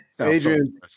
Adrian